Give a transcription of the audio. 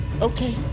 Okay